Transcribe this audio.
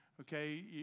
Okay